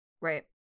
Right